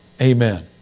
Amen